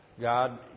God